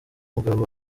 mugabo